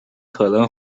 可能